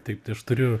taip tai aš turiu